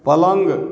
पलङ्ग